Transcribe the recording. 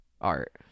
art